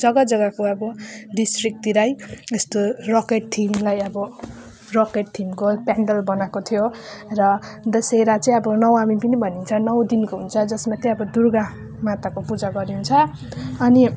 जग्गा जग्गाको अब डिस्ट्रिकतिरै यस्तो रकेट थिमलाई अब रकेट थिमको पन्डाल बनाएको थियो र दशहरा चाहिँ अब नवमी पनि भनिन्छ नौ दिनको हुन्छ जसमा चाहिँ अब दुर्गा माताको पूजा गरिन्छ अनि